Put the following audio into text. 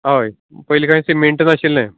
हय पयली कांय सिमेंट नाशिल्लें